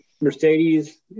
Mercedes